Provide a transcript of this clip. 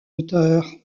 auteur